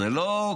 אה,